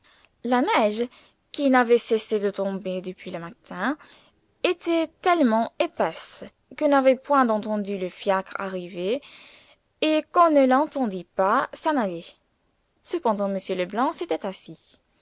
la neige qui n'avait cessé de tomber depuis le matin était tellement épaisse qu'on n'avait point entendu le fiacre arriver et qu'on ne l'entendit pas s'en aller cependant m leblanc s'était assis